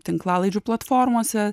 tinklalaidžių platformose